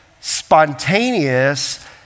spontaneous